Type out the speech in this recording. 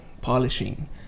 polishing